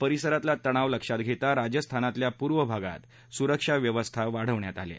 परिसरातला तणाव लक्षात घेता राजस्थानातल्या पूर्व भागात सुरक्षा व्यवस्था वाढवण्यात आली आहे